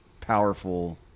powerful